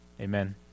Amen